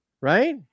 Right